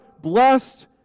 blessed